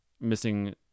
missing